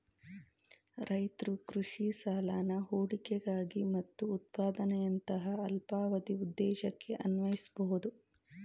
ರೈತ್ರು ಕೃಷಿ ಸಾಲನ ಹೂಡಿಕೆಗಾಗಿ ಮತ್ತು ಉತ್ಪಾದನೆಯಂತಹ ಅಲ್ಪಾವಧಿ ಉದ್ದೇಶಕ್ಕೆ ಅನ್ವಯಿಸ್ಬೋದು